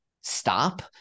Stop